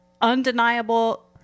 undeniable